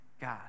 God